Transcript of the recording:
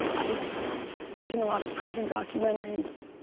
i was watching a lot of prison documentaries,